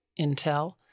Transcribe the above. intel